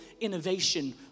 innovation